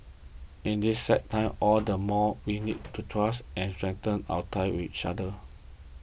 in these sad times all the more we need to trust and strengthen our ties with each other